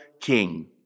king